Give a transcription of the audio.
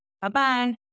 Bye-bye